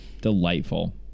delightful